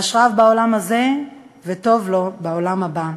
אשריו בעולם הזה וטוב לו בעולם הבא.